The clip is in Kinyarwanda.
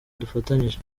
dufatanyije